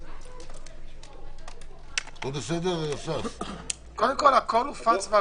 הכול הופץ.